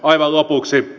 aivan lopuksi